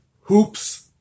hoops